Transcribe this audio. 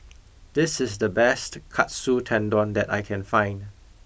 this is the best Katsu Tendon that I can find